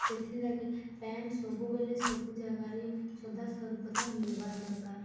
ସେଥିଲାଗି ପାଏନ୍ ସବୁବେଲେ ସବୁ ଜାଗାରେ ସଦାସର୍ବଦା ମିଲ୍ବାର୍ ଦର୍କାର୍